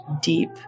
deep